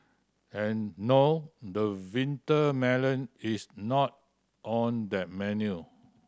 and no the winter melon is not on that menu